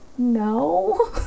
No